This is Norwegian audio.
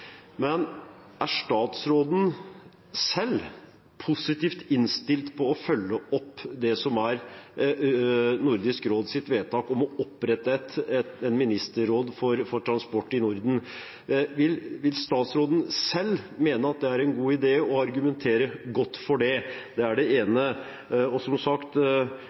Men er statsråden selv positivt innstilt til å følge opp Nordisk råds vedtak om å opprette et ministerråd for transport i Norden? Vil statsråden selv mene at det er en god idé, og argumentere godt for det? Det er det ene.